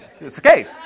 escape